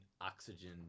oxygen